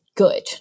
Good